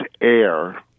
air